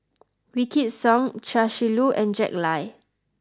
Wykidd Song Chia Shi Lu and Jack Lai